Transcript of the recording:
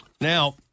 Now